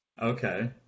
Okay